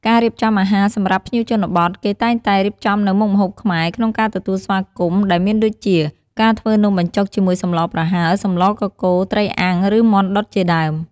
ការរៀបចំអាហារសម្រាប់ភ្ញៀវជនបទ គេតែងតែ រៀបចំនូវមុខម្ហូបខ្មែរ ក្នុងការទទួលស្វាគមន៍ ដែលមានដូចជា ការធ្វើនំបញ្ចុកជាមួយសម្លប្រហើរ សម្លកកូរ ត្រីអាំង ឬមាន់ដុតជាដើម។